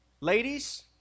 ladies